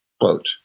quote